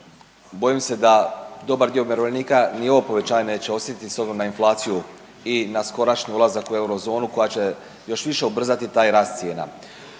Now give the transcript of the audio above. bojim se da dobar dio umirovljenika ni ovo povećanje neće osjetiti s obzirom na inflaciju i na skorašnji ulazak u eurozonu koja će još više ubrzati taj rast cijena.